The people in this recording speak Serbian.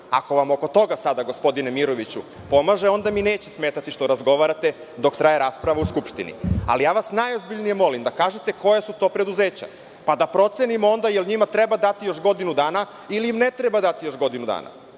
Ako vam oko toga sada, gospodine Miroviću, pomaže, onda mi neće smetati što razgovarate dok traje rasprava u Skupštini, ali ja vas najozbiljnije molim da kažete koja su to preduzeća, pa da procenimo onda da li njima treba dati još godinu dana, ili im ne treba dati još godinu dana.